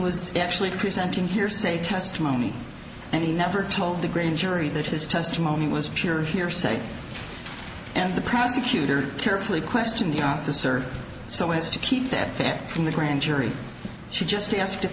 was actually presenting hearsay testimony and he never told the grand jury that his testimony was pure hearsay and the prosecutor carefully question the officer so as to keep that fact in the grand jury she just asked if